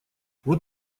вот